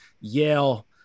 Yale